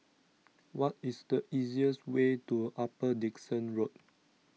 what is the easiest way to Upper Dickson Road